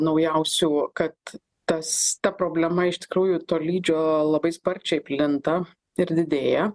naujausių kad tas ta problema iš tikrųjų tolydžio labai sparčiai plinta ir didėja